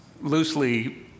loosely